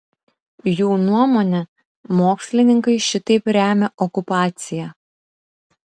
jų nuomone mokslininkai šitaip remia okupaciją